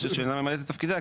רשות שאינה ממלאת את תפקידה,